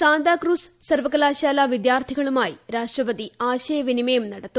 സാന്താക്രൂസ് സർവ്വകലാശാല വിദ്യാർത്ഥികളുമായി രാഷ്ട്രപതി ആശയവിനിമയം നടത്തും